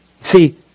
See